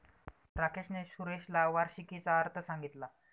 राकेशने सुरेशला वार्षिकीचा अर्थ सांगितला